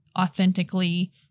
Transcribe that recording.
authentically